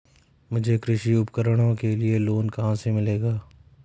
मुझे कृषि उपकरणों के लिए लोन कहाँ से मिलेगा?